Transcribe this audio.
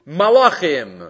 malachim